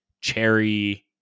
cherry